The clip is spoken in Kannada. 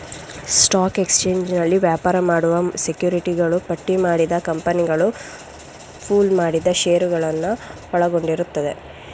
ಸ್ಟಾಕ್ ಎಕ್ಸ್ಚೇಂಜ್ನಲ್ಲಿ ವ್ಯಾಪಾರ ಮಾಡುವ ಸೆಕ್ಯುರಿಟಿಗಳು ಪಟ್ಟಿಮಾಡಿದ ಕಂಪನಿಗಳು ಪೂಲ್ ಮಾಡಿದ ಶೇರುಗಳನ್ನ ಒಳಗೊಂಡಿರುತ್ತವೆ